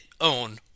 own